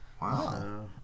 Wow